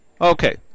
Okay